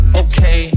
okay